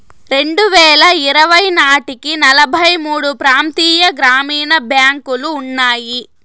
రెండువేల ఇరవై నాటికి నలభై మూడు ప్రాంతీయ గ్రామీణ బ్యాంకులు ఉన్నాయి